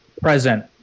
present